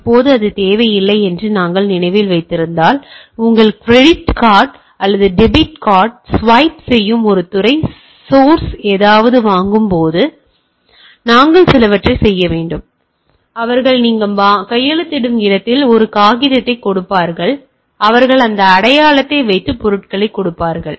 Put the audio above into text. இப்போது அது தேவையில்லை என்று நீங்கள் நினைவில் வைத்திருந்தால் உங்கள் கிரெடிட் கார்டு அல்லது டெபிட் கார்டை ஸ்வைப் செய்யும் ஒரு துறை சோர்ஸ்லிருந்து ஏதாவது வாங்கும்போது நாங்கள் சிலவற்றைச் செய்ய வேண்டும் அவர்கள் நீங்கள் கையெழுத்திடும் இடத்தில் ஒரு காகிதத்தைக் கொடுப்பார்கள் அவர்கள் அந்த அடையாளத்தை வைத்து பொருட்களைக் கொடுப்பார்கள்